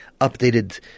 updated